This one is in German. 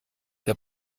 der